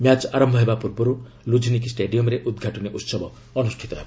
match ଆରମ୍ଭ ହେବା ପୂର୍ବରୁ ଲୁଝ୍ନିକି ଷ୍ଟାଡିୟମ୍ରେ ଉଦ୍ଘାଟନୀ ଉତ୍ସବ ଅନୁଷ୍ଠିତ ହେବ